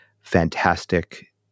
fantastic